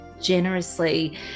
generously